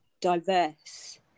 diverse